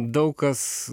daug kas